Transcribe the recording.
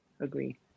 Agree